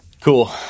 Cool